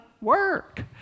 work